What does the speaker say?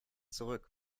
zurück